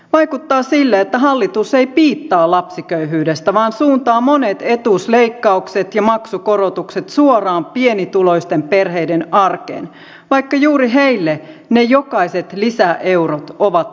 vaikuttaa sille että hallitus ei piittaa lapsiköyhyydestä vaan suuntaa monet etuusleikkaukset ja maksukorotukset suoraan pienituloisten perheiden arkeen vaikka juuri heille ne jokaiset lisäeurot ovat tärkeitä